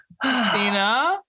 Christina